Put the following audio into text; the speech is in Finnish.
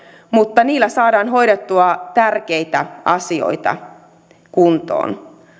mutta niillä saadaan hoidettua tärkeitä asioita kuntoon